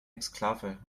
exklave